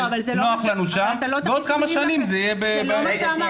נוח לנו שם ועוד כמה שנים זה יהיה בהעמק'.